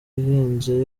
ihenze